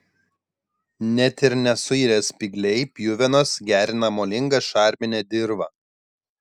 net ir nesuirę spygliai pjuvenos gerina molingą šarminę dirvą